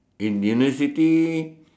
in university